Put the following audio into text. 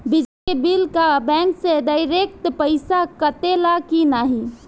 बिजली के बिल का बैंक से डिरेक्ट पइसा कटेला की नाहीं?